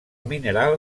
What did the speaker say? mineral